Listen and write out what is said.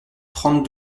trente